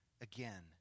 again